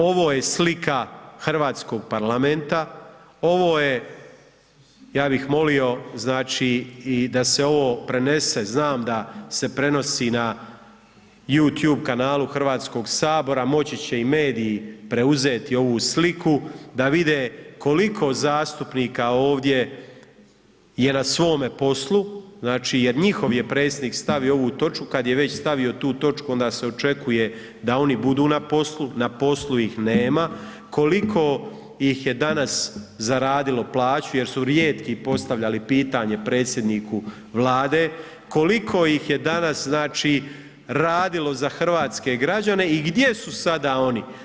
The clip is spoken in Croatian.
Ovo je slika Hrvatskog parlamenta, ovo je ja bih molimo znači i da se ovo prenese, znam da se prenosi na You tube kanalu Hrvatskog sabora, moći će i mediji preuzeti ovu sliku da vide koliko zastupnika ovdje je na svome poslu, znači jer njihov je predsjednik stavio ovu točku, kad je već stavio tu točku onda se očekuje da oni budu na poslu, na poslu ih nema, koliko ih je danas zaradilo plaću jer su rijetki postavljali pitanje predsjedniku Vlade, koliko ih je danas znači radilo za hrvatske građane i gdje su sada oni.